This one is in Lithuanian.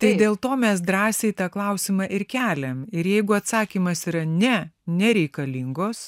tai dėl to mes drąsiai tą klausimą ir keliam ir jeigu atsakymas yra ne nereikalingos